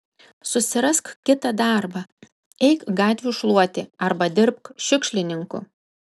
susirask kitą darbą eik gatvių šluoti arba dirbk šiukšlininku